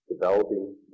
developing